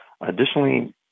Additionally